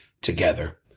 together